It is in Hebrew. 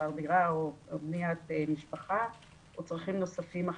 שכר דירה או בניית משפחה או צרכים נוספים נוספים,